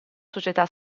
società